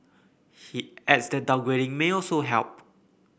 he adds that downgrading may also help